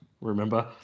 remember